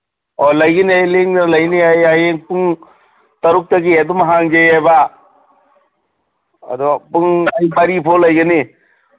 ꯑꯣ ꯂꯩꯒꯅꯤ ꯑꯩ ꯂꯦꯡꯗꯅ ꯂꯩꯅꯤ ꯑꯩ ꯍꯌꯦꯡ ꯄꯨꯡ ꯇꯔꯨꯛꯇꯒꯤ ꯑꯗꯨꯝ ꯍꯥꯡꯖꯩꯌꯦꯕ ꯑꯗꯣ ꯄꯨꯡ ꯑꯩ ꯃꯔꯤ ꯐꯥꯎ ꯂꯩꯒꯅꯤ